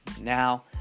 now